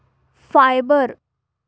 fibre